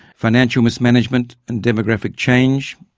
financial mismanagement and demographic change.